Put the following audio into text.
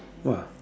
!wah!